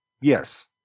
Yes